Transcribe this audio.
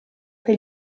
che